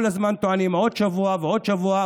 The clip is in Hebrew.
כל הזמן טוענים: עוד שבוע ועוד שבוע,